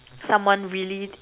someone really